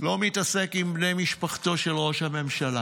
לא מתעסק עם בני משפחתו של ראש הממשלה,